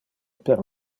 per